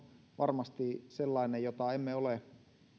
varmasti sellaisia joita emme ole